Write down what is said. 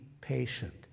patient